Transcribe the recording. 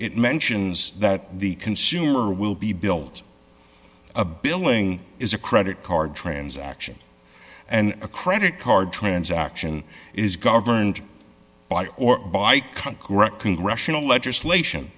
it mentions that the consumer will be built a billing is a credit card transaction and a credit card transaction is governed by or by cut correct congressional legislation